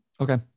Okay